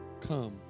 come